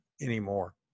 anymore